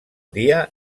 dia